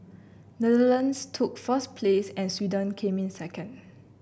netherlands took first place and Sweden came in second